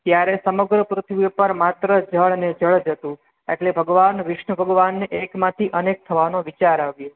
ત્યારે સમગ્ર પૃથ્વી ઉપર માત્ર જળ અને જળ જ હતું એટલે ભગવાન વિષ્ણુ ભગવાન એકમાંથી અનેક થવાનો વિચાર આવ્યો